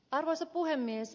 arvoisa puhemies